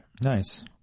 Nice